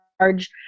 large